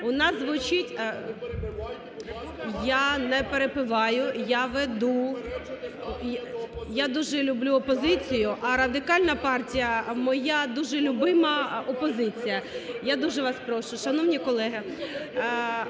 у залі) Я не перебиваю, я веду!.. Я дуже люблю опозицію, а Радикальна партія – моя дуже любима опозиція. Я дуже вас прошу, шановні колеги!